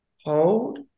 hold